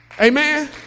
Amen